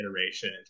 iteration